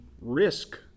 risk